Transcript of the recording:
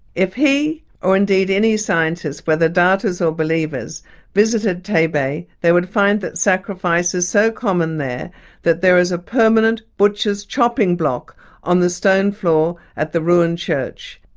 if he, or indeed any scientist, whether doubters or believers visited taybeh they would find that sacrifice is so common there that there is a permanent butchers' chopping block on the stone floor at the ruined church.